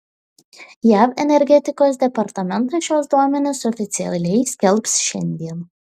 jav energetikos departamentas šiuos duomenis oficialiai skelbs šiandien